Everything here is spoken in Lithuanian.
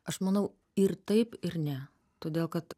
aš manau ir taip ir ne todėl kad